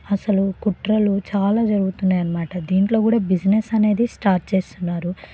అసలు కుట్రలు చాలా జరుగుతున్నాయి అనమాట దీంట్లో కూడా బిజినెస్ అనేది స్టార్ట్ చేస్తున్నారు